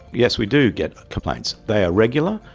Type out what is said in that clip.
yes, we do get complaints. they are regular.